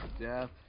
death